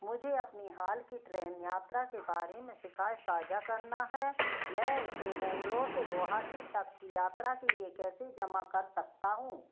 मुझे अपनी हाल की ट्रेन यात्रा के बारे में शिकायत साझा करना है मैं इसे बैंगलोर से गुवाहाटी तक की यात्रा के लिए कैसे जमा कर सकता हूँ